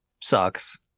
sucks